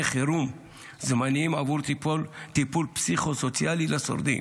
חירום זמניים עבור טיפול פסיכו-סוציאלי לשורדים